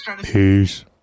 Peace